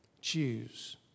Choose